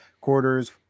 quarters